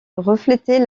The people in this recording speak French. reflétait